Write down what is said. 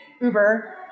Uber